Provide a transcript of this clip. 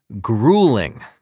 grueling